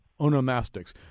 onomastics